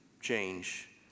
change